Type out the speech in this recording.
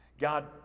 God